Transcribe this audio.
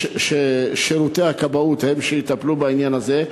ששירותי הכבאות הם שיטפלו בעניין הזה,